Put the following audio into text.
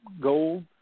gold